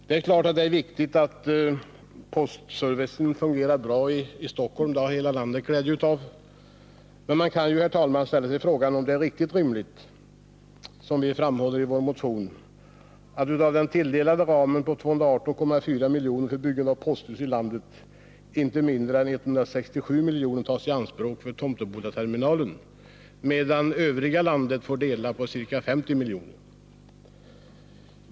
Självfallet är det viktigt att postservicen fungerar bra i Stockholm. Det har hela landet glädje av. Men man kan, herr talman, fråga sig om det verkligen är rimligt — vi tar upp det i vår motion — att av den tilldelade ramen på 218,4 milj.kr. för byggande av posthus i landet inte mindre än 167 milj.kr. tas i anspråk för Tomtebodaterminalen, medan övriga landet får dela på ca 50 milj.kr.